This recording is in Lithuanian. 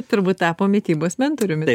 turbūt tapo mitybos mentoriumi